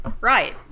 right